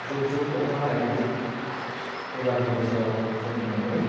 जुब जुब अखा हानायखौ एबारनि बोसोराव जों मोनबोदों